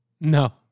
No